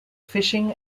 fishing